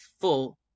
full